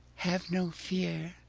have no fear.